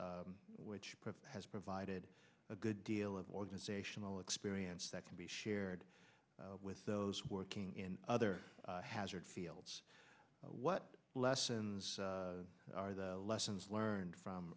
which has provided a good deal of organizational experience that can be shared with those working in other hazard fields what lessons are the lessons learned from